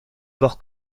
bord